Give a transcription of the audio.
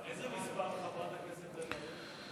איזה מספר חברת הכנסת בן ארי?